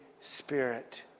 Spirit